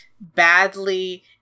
badly